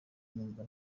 numva